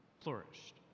flourished